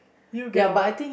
you get what